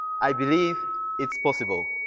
i believe it's possible.